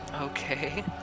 Okay